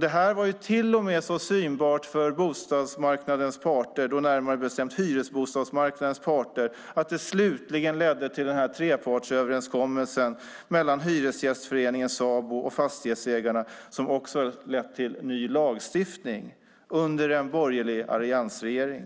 Det var till och med så synbart för hyresbostadsmarknadens parter att det slutligen ledde till trepartsöverenskommelsen mellan Hyresgästföreningen, Sabo och Fastighetsägarna, som också har lett till ny lagstiftning under en borgerlig alliansregering.